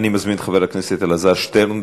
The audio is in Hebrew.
אני מזמין את חבר הכנסת אלעזר שטרן.